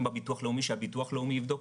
בביטוח הלאומי שהביטוח הלאומי יבדוק,